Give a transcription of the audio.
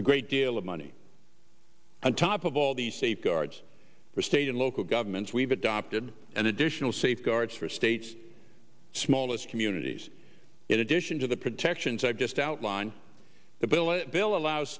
a great deal of money on top of all the safeguards for state and local governments we've adopted and additional safeguards for states smallest communities in addition to the protections i've just outlined the bill a